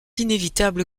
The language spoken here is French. inévitable